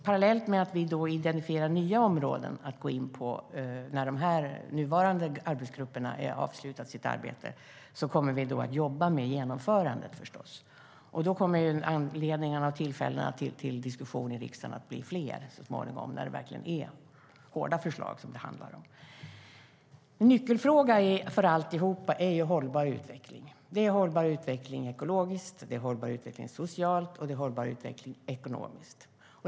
Parallellt med att vi identifierar nya områden att gå in på - när de nuvarande arbetsgrupperna har avslutat sitt arbete - kommer vi förstås att jobba med genomförandet. Då kommer så småningom tillfällena till diskussion i riksdagen att bli fler, när det verkligen handlar om hårda förslag. En nyckelfråga för alltihop är hållbar utveckling, ekologiskt, socialt och ekonomiskt.